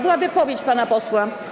Była wypowiedź pana posła.